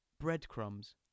breadcrumbs